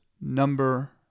number